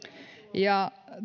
ja